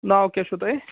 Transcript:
ناو کیٛاہ چھُو تۄہہِ